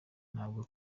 ntabwo